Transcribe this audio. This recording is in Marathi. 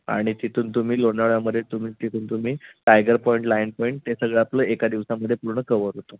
आणि तिथून तुम्ही लोणावळ्यामध्ये तुम्ही तिथून तुम्ही टायगर पॉईंट लाईन पॉईंट ते सगळं आपलं एका दिवसामध्ये पूर्ण कवर होतो